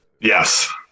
Yes